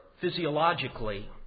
physiologically